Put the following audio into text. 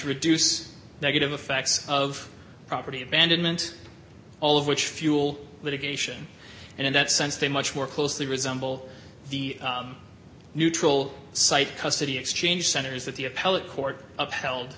reduce negative effects of property abandonment all of which fuel litigation and in that sense they much more closely resemble the neutral site custody exchange centers that the appellate court upheld